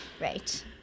Right